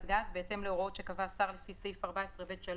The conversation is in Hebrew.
גז בהתאם להוראות שקבע השר לפי סעיף 14(ב)(3),